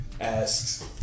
Asked